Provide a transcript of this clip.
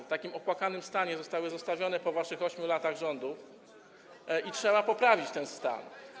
W takim opłakanym stanie zostały zostawione po waszych 8 latach rządów i trzeba poprawić ten stan.